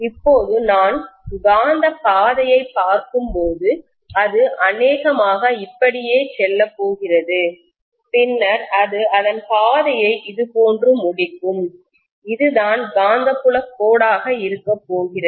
இப்போது நான் காந்தப் பாதையைப் பார்க்கும்போது இது அநேகமாக இப்படியே செல்லப் போகிறது பின்னர் அது அதன் பாதையை இதுபோன்று முடிக்கும் இதுதான் காந்தப்புலக் கோடாக இருக்கப் போகிறது